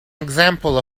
example